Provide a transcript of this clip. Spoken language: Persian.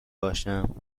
باشم